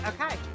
okay